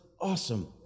awesome